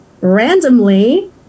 randomly